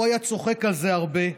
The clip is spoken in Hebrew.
הוא היה צוחק על זה הרבה.